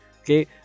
okay